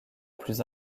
plus